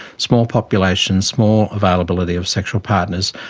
small populations, small availability of sexual partners.